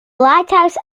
lighthouse